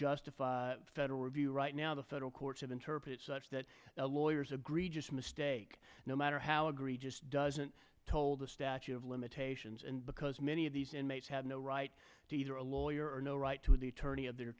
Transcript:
justify federal review right now the federal courts of interpret such that the lawyers agree just a mistake no matter how egregious doesn't told the statute of limitations and because many of these inmates have no right to either a lawyer no right to the attorney of their